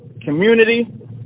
community